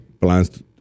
plans